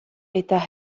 eta